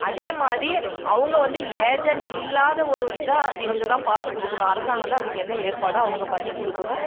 அதேமாதிரி அவங்க வந்து ஏஜெண்ட் இல்லாத ஒரு இதாக இவங்கதான் பார்த்துக் கொடுக்கணும் அரசாங்கம்தான் அதுக்கு என்ன ஏற்பாடோ அவங்க பண்ணிக் கொடுக்கணும்